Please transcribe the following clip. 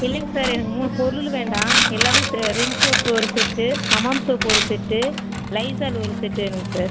இல்லைங்க சார் எனக்கு மூணு பொருள் வேண்டாம் எல்லாமே சே ரின் சோப் ஒரு செட் ஹமாம் சோப் ஒரு செட் லைஸால் ஒரு செட் வேணுங்க சார்